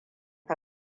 ka